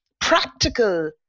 practical